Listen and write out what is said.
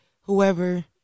whoever